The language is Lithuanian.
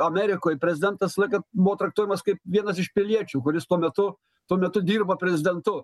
amerikoj prezidentas laiką buvo traktuojamas kaip vienas iš piliečių kuris tuo metu tuo metu dirba prezidentu